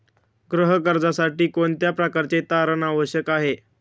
गृह कर्जासाठी कोणत्या प्रकारचे तारण आवश्यक आहे?